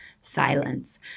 silence